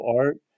art